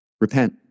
Repent